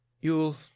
You'll